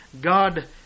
God